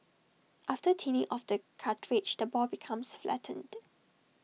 after thinning of the cartilage the ball becomes flattened